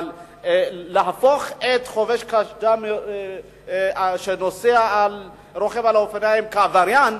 אבל להפוך את מי שלא חובש קסדה כשהוא רוכב על האופניים לעבריין,